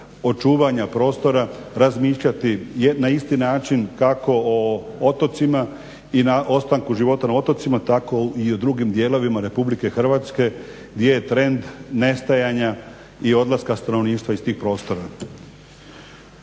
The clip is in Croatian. očuvanja prostora razmišljati na isti način kako o otocima i na ostanku života na otocima tako i u drugim dijelovima Republike Hrvatske gdje je trend nestajanja i odlaska stanovništva iz tih prostora.